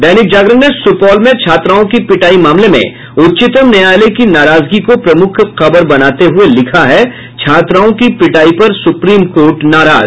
दैनिक जागरण ने सुपौल में छात्रओं की पिटाई मामले में उच्चतम न्यायालय की नाराजगी को प्रमुख खबर बनाते हुये लिखा है छात्राओं की पीटाई पर सुप्रीम कोर्ट नाराज